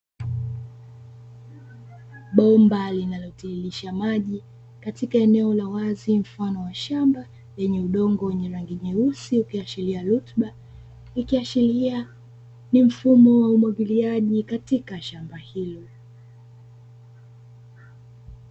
Bomba linalotiririsha maji katika eneo la wazi mfano wakiwa wanafanya kazi shamba, lenye udongo wenye rangi nyeusi, ukiashiria rutuba, ikiashiria ni mfumo wa umwagiliaji katika shamba hilo.